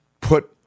put